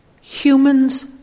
Humans